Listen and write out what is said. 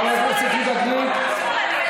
חברת הכנסת לאה פדידה, איננה, מיכל רוזין, ויתרה,